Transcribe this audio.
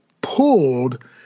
pulled